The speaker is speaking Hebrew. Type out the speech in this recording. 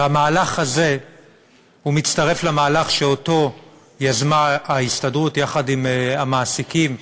המהלך הזה מצטרף למהלך שיזמה ההסתדרות יחד עם המעסיקים,